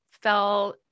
fell